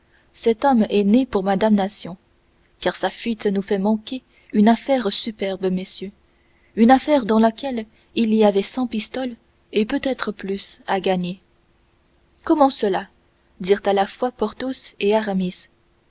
cet homme est né pour ma damnation car sa fuite nous fait manquer une affaire superbe messieurs une affaire dans laquelle il y avait cent pistoles et peut-être plus à gagner comment cela dirent à la fois porthos et aramis quant à